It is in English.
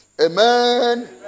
Amen